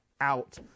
out